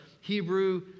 Hebrew